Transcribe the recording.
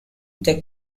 they